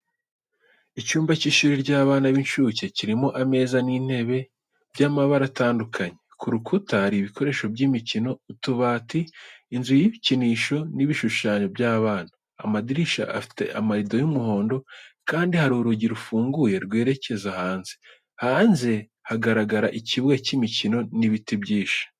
Icyumba cy'ishuri ry’abana b'inshuke kirimo ameza n'intebe by'amabara atandukanye. Ku rukuta hari ibikoresho by'imikino, utubati, inzu y’ibikinisho n'ibishushanyo by'abana. Amadirishya afite amarido y'umuhondo kandi hari urugi rufunguye rwerekeza hanze. Hanze hagaragara ikibuga k'imikino n'ibiti byinshi.